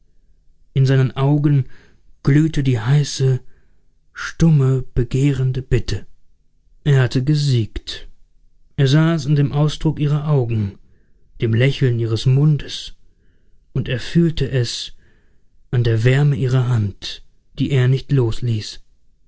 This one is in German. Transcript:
in seinen augen glühte die heiße stumme begehrende bitte er hatte gesiegt er sah es an dem ausdruck ihrer augen dem lächeln ihres mundes und er fühlte es an der wärme ihrer hand die er nicht losließ